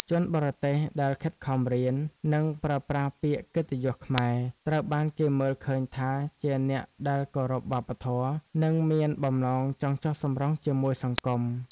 ជនបរទេសដែលខិតខំរៀន និងប្រើប្រាស់ពាក្យកិត្តិយសខ្មែរ ត្រូវបានគេមើលឃើញថាជាអ្នកដែលគោរពវប្បធម៌ និងមានបំណងចង់ចុះសម្រុងជាមួយសង្គម។